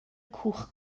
cwch